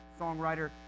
songwriter